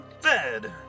Fed